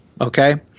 okay